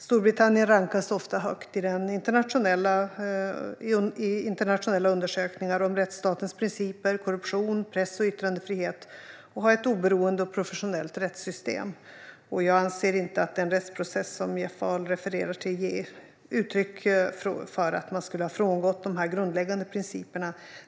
Storbritannien rankas ofta högt i internationella undersökningar om rättsstatens principer, korruption och press och yttrandefrihet och har ett oberoende och professionellt rättssystem. Jag anser inte att den rättsprocess som Jeff Ahl refererar till ger uttryck för att man skulle ha frångått de grundläggande principerna.